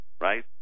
right